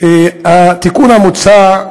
התיקון המוצע,